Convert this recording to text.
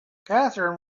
catherine